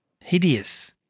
hideous